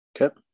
Okay